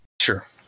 Sure